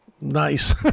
Nice